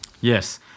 Yes